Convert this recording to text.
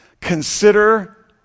Consider